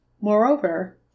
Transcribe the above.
Moreover